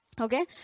Okay